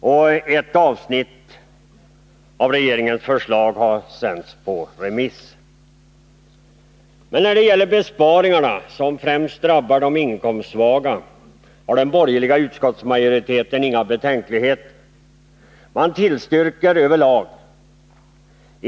Och ett avsnitt i regeringens förslag har sänts på remiss. Men när det gäller besparingarna, som främst drabbar de inkomstsvaga, har den borgerliga utskottsmajoriteten inga betänkligheter. Man tillstyrker över lag.